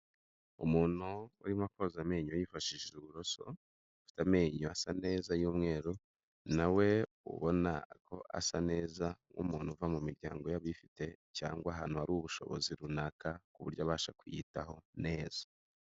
Umuntu urimo koza amenyo yifashishije uburoso afite amenyo asa neza y'umweru, nawe ubona ko asa neza nk'umuntu uva mu miryango y'abifite cyangwa ahantu hari ubushobozi runaka ku buryo abasha kwiyitaho neza.